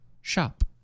shop